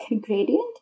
gradient